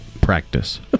Practice